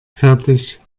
fertig